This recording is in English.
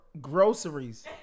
Groceries